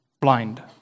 blind